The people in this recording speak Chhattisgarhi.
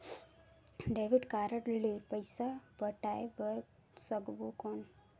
डेबिट कारड ले पइसा पटाय बार सकबो कौन?